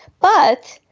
but.